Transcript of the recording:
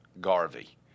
Garvey